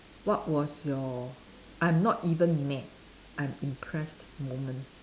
what was your I'm not even met I'm impressed moment